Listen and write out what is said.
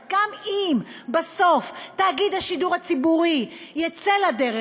אז גם אם בסוף תאגיד השידור הציבורי יצא לדרך,